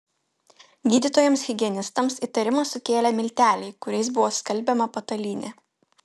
gydytojams higienistams įtarimą sukėlė milteliai kuriais buvo skalbiama patalynė